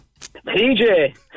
PJ